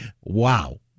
wow